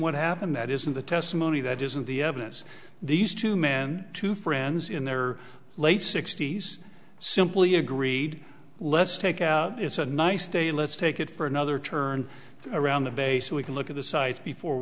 what happened that is in the testimony that isn't the evidence these two men two friends in their late sixty's simply agreed let's take out it's a nice day let's take it for another turn around the base we can look at the sites before